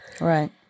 Right